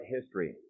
history